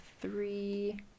three